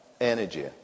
energy